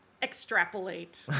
extrapolate